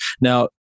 Now